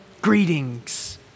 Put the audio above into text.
greetings